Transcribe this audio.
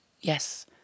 yes